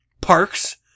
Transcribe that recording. Parks